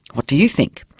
what do you think?